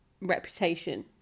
reputation